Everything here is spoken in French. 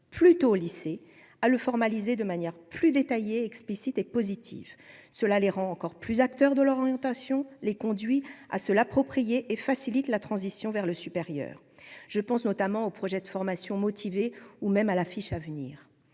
plutôt au lycée ah le formaliser, de manière plus détaillée explicite et positive, cela les rend encore plus acteurs de leur orientation les conduit à se l'approprier et facilite la transition vers le supérieur, je pense notamment au projet de formation motivés ou même à l'affiche à venir,